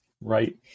Right